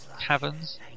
caverns